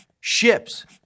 ships